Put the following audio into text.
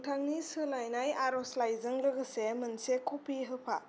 नोथांनि सोलायनाय आर'जलाइजों लोगोसे मोनसे कपि होफा